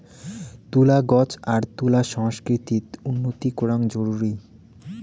তুলা গছ আর তুলা সংস্কৃতিত উন্নতি করাং জরুরি